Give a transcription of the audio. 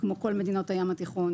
כמו כל מדינות הים התיכון